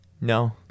No